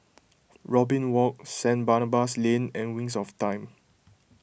Robin Walk Saint Barnabas Lane and Wings of Time